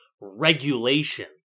regulation